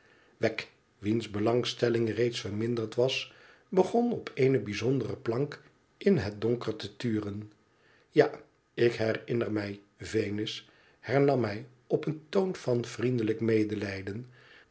wiens belangstelling reeds verminderd was begon op eene bij zondere plank in het donker te turen ja ik herinner mij venus hernam hij op een toon van vriendelijk medelijden